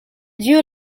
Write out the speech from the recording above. dieu